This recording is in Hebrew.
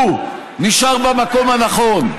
הוא נשאר במקום הנכון,